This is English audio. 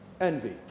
envy